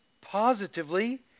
Positively